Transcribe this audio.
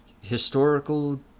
historical